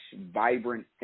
vibrant